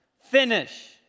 finish